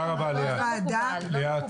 תודה רבה, ליאת.